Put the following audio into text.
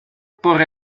por